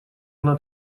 она